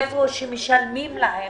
איפה שמשלמים להן